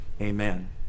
amen